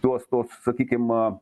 tuos tuos sakykim